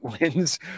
wins